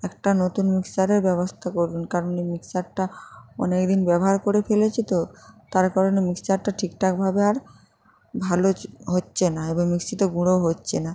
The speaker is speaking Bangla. একটা নতুন মিক্সারের ব্যবস্থা করুন কারণ এই মিক্সারটা অনেকদিন ব্যবহার করে ফেলেছি তো তার কারণে মিক্সারটা ঠিকঠাকভাবে আর ভালো হচ্ছে না এবং মিক্সিতে গুঁড়ো হচ্ছে না